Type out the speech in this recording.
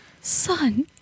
Son